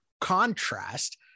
contrast